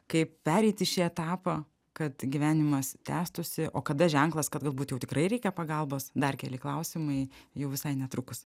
kaip pereiti šį etapą kad gyvenimas tęstųsi o kada ženklas kad galbūt jau tikrai reikia pagalbos dar keli klausimai jau visai netrukus